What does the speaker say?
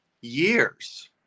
years